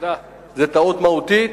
זאת טעות מהותית,